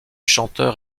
chanteur